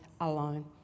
alone